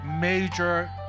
major